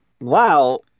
Wow